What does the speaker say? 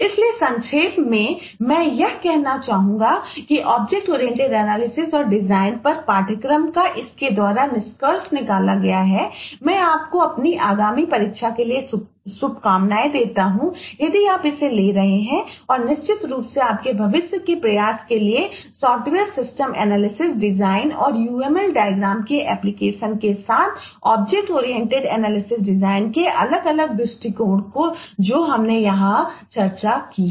इसलिए संक्षेप में मैं यह कहना चाहूंगा कि ऑब्जेक्ट ओरिएंटेड एनालिसिस और डिजाइनके साथ साथ OOAD के अलग अलग दृष्टिकोण जो हमने यहां चर्चा की है